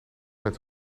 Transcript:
met